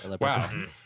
Wow